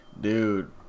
Dude